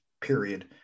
period